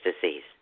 disease